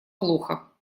плохо